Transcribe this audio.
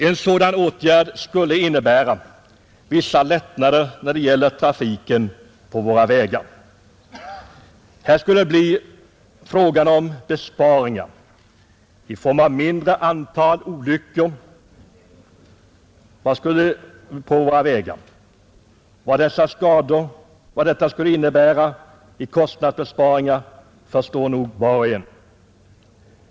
En sådan åtgärd skulle innebära vissa lättnader för trafiken på våra vägar. Det skulle bli mindre antal olyckor där, och vad detta skulle innebära i kostnadsbesparingar förstår nog var och en.